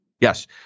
Yes